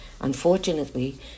Unfortunately